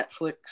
Netflix